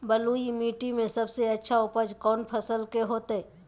बलुई मिट्टी में सबसे अच्छा उपज कौन फसल के होतय?